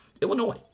Illinois